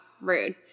Rude